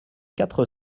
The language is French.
quatre